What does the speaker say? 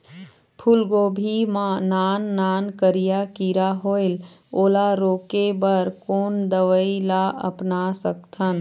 फूलगोभी मा नान नान करिया किरा होयेल ओला रोके बर कोन दवई ला अपना सकथन?